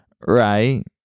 right